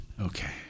Okay